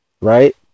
right